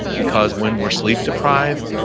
because when we're sleep deprived,